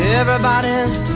everybody's